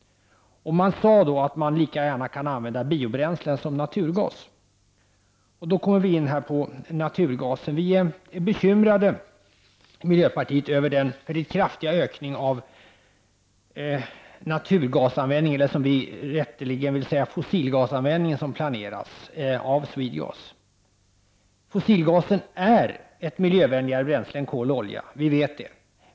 Man sade att man lika gärna kan använda biobränslen som naturgas. Jag kommer därmed in på naturgasen. Vi är i miljöpartiet bekymrade över den mycket kraftiga ökning av naturgasanvändningen — eller fossilgasanvändningen, som vi anseratt den rätteligen bör kallas — som planeras av SwedeGas. Fossilgasen är ett miljövänligare bränsle än kol och olja — vi vet det.